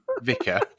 vicar